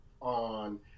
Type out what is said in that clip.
on